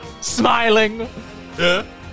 smiling